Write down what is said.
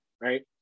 right